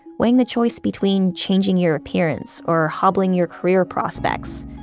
weighing the choice between changing your appearance or hobbling your career prospects,